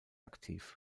aktiv